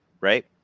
right